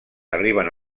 arriben